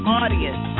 audience